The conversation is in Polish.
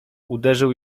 uderzył